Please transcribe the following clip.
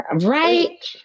Right